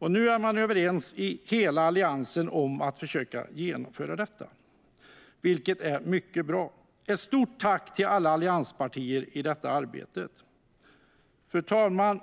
Nu är hela Alliansen överens om att försöka genomföra detta, vilket är mycket bra. Ett stort tack till alla allianspartier i detta arbete! Fru talman!